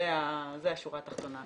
זו השורה התחתונה.